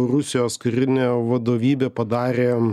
rusijos karinė vadovybė padarė